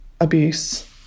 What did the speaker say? abuse